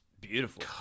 beautiful